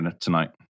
tonight